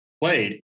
played